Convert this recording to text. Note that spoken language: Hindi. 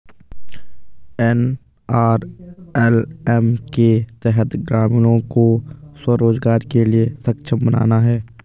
एन.आर.एल.एम के तहत ग्रामीणों को स्व रोजगार के लिए सक्षम बनाना है